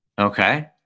Okay